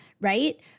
Right